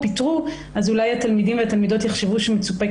"פתרו" אולי התלמידים והתלמידות יחשבו שמצופה